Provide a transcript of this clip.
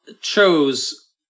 chose